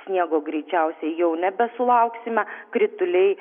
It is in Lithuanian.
sniego greičiausiai jau nebesulauksime krituliai